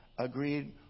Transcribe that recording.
agreed